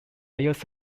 use